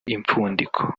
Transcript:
impfundiko